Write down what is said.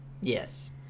yes